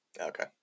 Okay